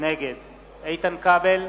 נגד איתן כבל,